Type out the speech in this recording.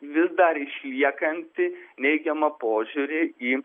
vis dar išliekantį neigiamą požiūrį į